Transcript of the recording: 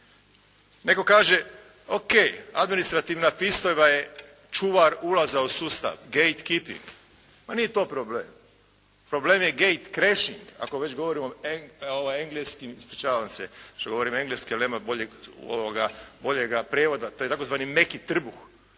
Nego kaže o.k., administrativna pristojba je čuvar ulaza u sustav gate keeping ma nije to problem. Problem je gate crashing ako već govorimo engleskim, ispričavam se što govorim engleski ali nema boljega prijevoda, to je tzv. meki trbuh.